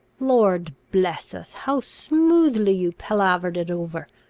lord bless us! how smoothly you palavered it over,